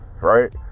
right